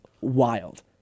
wild